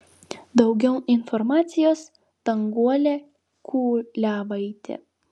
daugiau informacijos danguolė kuliavaitė